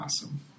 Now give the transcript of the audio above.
awesome